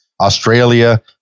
australia